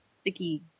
sticky